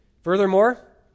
Furthermore